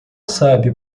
sabe